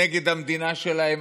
נגד המדינה שלהם?